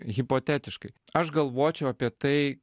hipotetiškai aš galvočiau apie tai